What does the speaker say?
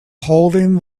holding